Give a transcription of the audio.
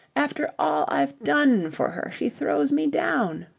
after all i've done for her she throws me down.